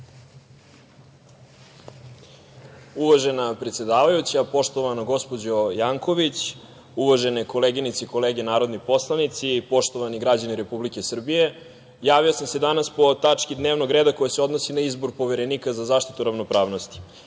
Uvažena predsedavajuća, poštovana gospođo Janković, uvažene koleginice i kolege narodni poslanici, poštovani građani Republike Srbije, javio sam se danas po tački dnevnog reda koja se odnosi na izbor Poverenika za zaštitu ravnopravnosti. Sama